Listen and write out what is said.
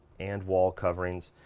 and wall coverings,